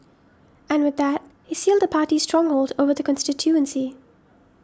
and with that he sealed the party's stronghold over the constituency